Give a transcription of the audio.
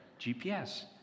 GPS